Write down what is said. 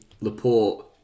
Laporte